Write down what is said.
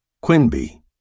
Quinby